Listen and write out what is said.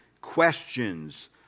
questions